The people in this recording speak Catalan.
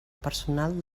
personal